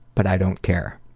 but i don't care.